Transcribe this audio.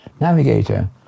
Navigator